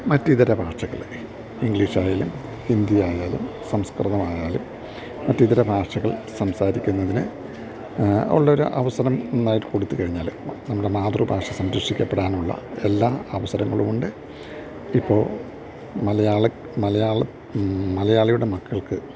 മറ്റിതര ഭാഷകള് ഇംഗ്ലീഷായാലും ഹിന്ദിയായാലും സംസ്കൃതമായാലും മറ്റിതര ഭാഷകൾ സംസാരിക്കുന്നതിന് ഉള്ളൊരു അവസരം നന്നായിട്ട് കൊടുത്തുകഴിഞ്ഞാല് നമ്മുടെ മാതൃഭാഷ സംരക്ഷിക്കപ്പെടാനുള്ള എല്ലാ അവസരങ്ങളുമുണ്ട് ഇപ്പോള് മലയാളിയുടെ മക്കൾക്ക്